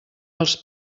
dels